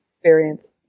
experience